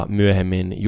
myöhemmin